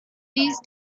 these